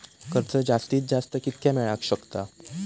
कर्ज जास्तीत जास्त कितक्या मेळाक शकता?